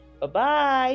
bye-bye